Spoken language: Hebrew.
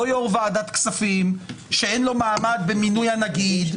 לא יושב ראש ועדת כספים שאין לו מעמד במינוי הנגיד,